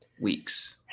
weeks